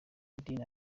idini